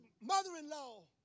mother-in-law